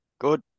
Good